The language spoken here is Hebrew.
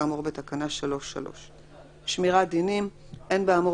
כאמור בתקנה 3(3). שמירת דינים 11. אין באמור